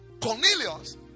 Cornelius